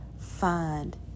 find